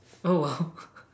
oh !wow!